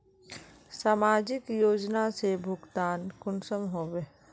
समाजिक योजना से भुगतान कुंसम होबे?